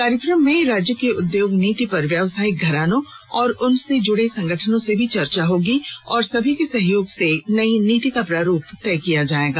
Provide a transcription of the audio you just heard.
कार्यक्रम में राज्य की उद्योग नीति पर व्यवसायिक घरानों और उनसे जुड़े संगठनों से भी चर्चा होगी और सभी के सहयोग से नई नीति का प्रारूप तय किया जाएगा